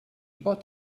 pot